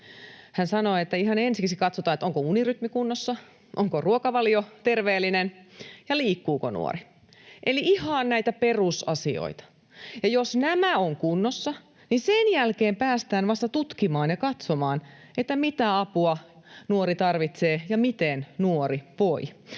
Hän sanoi, että ihan ensiksi katsotaan, onko unirytmi kunnossa, onko ruokavalio terveellinen ja liikkuuko nuori, eli ihan näitä perusasioita. Ja jos nämä ovat kunnossa, niin sen jälkeen päästään vasta tutkimaan ja katsomaan, mitä apua nuori tarvitsee ja miten nuori voi.